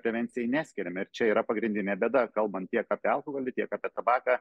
prevencijai neskiriam ir čia yra pagrindinė bėda kalbant tiek apie alkoholį tiek apie tabaką